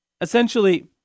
Essentially